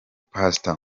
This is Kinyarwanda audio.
pastor